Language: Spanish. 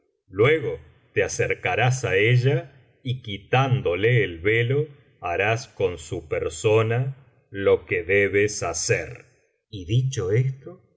luego te acercarás á ella y quitándole el velo harás con su persona lo que debes hacer y dicho esto